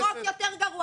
היה חוק יותר גרוע.